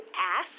ask